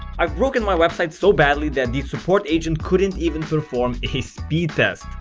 i've broken my website so badly that the support agent couldn't even perform a speed test.